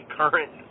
current